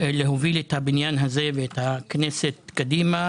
להוביל את הבניין הזה ואת הכנסת קדימה